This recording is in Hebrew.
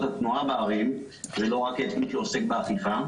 התנועה בערים ולא רק את מי שעוסק באכיפה,